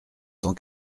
cent